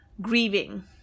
grieving